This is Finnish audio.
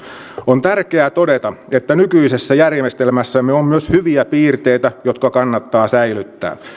on tärkeää todeta että nykyisessä järjestelmässämme on myös hyviä piirteitä jotka kannattaa säilyttää